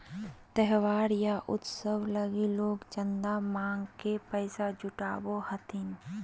त्योहार या उत्सव लगी लोग चंदा मांग के पैसा जुटावो हथिन